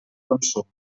consum